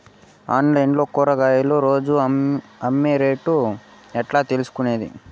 Online లో కూరగాయలు రోజు అమ్మే రేటు ఎట్లా తెలుసుకొనేది?